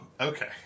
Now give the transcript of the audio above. Okay